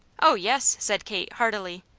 oh, yes, said kate, heartily.